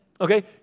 okay